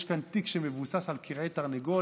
יש כאן תיק שמבוסס על כרעי תרנגולת.